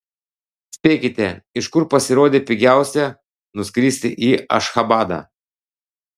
spėkite iš kur pasirodė pigiausia nuskristi į ašchabadą